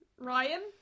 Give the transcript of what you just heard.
Ryan